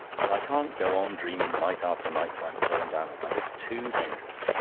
but i can't go on dreaming night after night that i'm falling down a well. it's too dangerous.